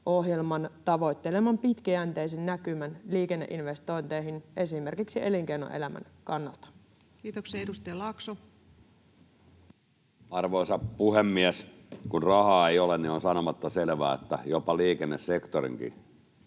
‑ohjelman tavoitteleman pitkäjänteisen näkymän liikenneinvestointeihin esimerkiksi elinkeinoelämän kannalta? Kiitoksia. — Edustaja Laakso. Arvoisa puhemies! Kun rahaa ei ole, niin on sanomatta selvää, että jopa liikennesektorikin